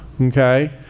Okay